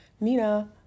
nina